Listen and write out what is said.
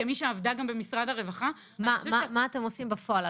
כמי שעבדה גם במשרד הרווחה --- מה אתם עושים בפועל,